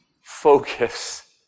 focus